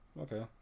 okay